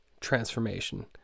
transformation